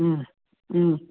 ಹ್ಞೂ ಹ್ಞೂ